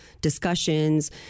discussions